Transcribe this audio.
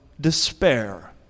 despair